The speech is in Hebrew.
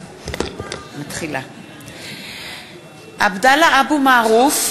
(קוראת בשמות חברי הכנסת) עבדאללה אבו מערוף,